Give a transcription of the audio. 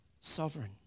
sovereign